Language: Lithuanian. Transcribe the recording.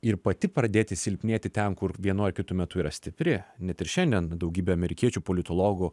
ir pati pradėti silpnėti ten kur vienu ar kitu metu yra stipri net ir šiandien daugybė amerikiečių politologų